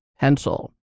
pencil